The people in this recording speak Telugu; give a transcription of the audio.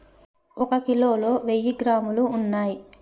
ఒక కిలోలో వెయ్యి గ్రాములు ఉన్నయ్